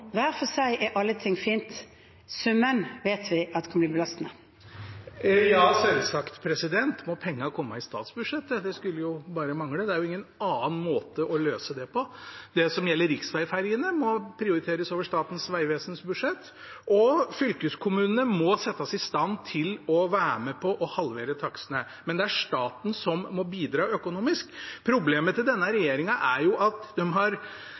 hver for seg er alle ting fint, summen vet vi kan bli belastende. Det blir oppfølgingsspørsmål – først Sverre Myrli. Ja, selvsagt må pengene komme i statsbudsjettet – det skulle bare mangle, det er ingen annen måte å løse det på. Det som gjelder riksvegferjene, må prioriteres over Statens vegvesens budsjett, og fylkeskommunene må settes i stand til å være med på å halvere takstene. Men det er staten som må bidra økonomisk. Problemet er at denne